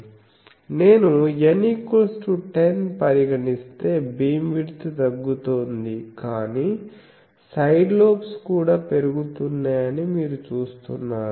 నేను N10 పరిగణిస్తే beamwidth తగ్గుతోంది కానీ సైడ్ లోబ్స్ కూడా పెరుగుతున్నాయని మీరు చూస్తున్నారు